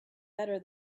better